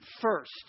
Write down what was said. first